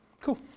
Cool